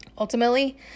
Ultimately